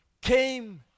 came